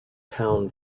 town